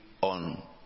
on